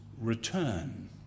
return